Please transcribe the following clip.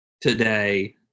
today